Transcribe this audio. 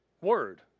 Word